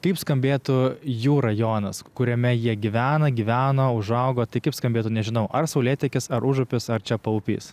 kaip skambėtų jų rajonas kuriame jie gyvena gyveno užaugo tai kaip skambėtų nežinau ar saulėtekis ar užupis ar čia paupys